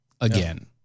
again